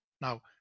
now